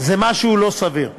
זה משהו לא סביר.